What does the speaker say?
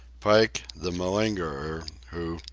pike, the malingerer, who,